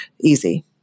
Easy